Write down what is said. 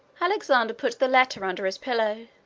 alexander put the letter under his pillow,